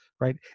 Right